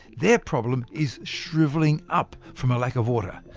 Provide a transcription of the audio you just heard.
their problem is shrivelling up from a lack of water.